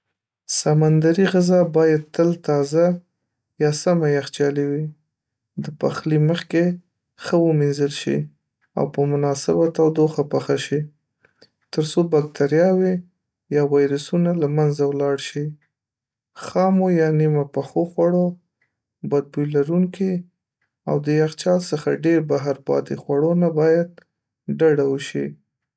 .سمندري غذا باید تل تازه یا سمه یخچالي وي، د پخلي مخکې ښه ومینځل شي، او په مناسبه تودوخه پخه شي، تر څو باکتریاوې یا ویروسونه له منځه ولاړ شي .خامو یا نيم‌پخو خوړو، بد بوی لرونکو او د یخچال څخه ډېر بهر پاتې خوړو نه باید ډډه وشي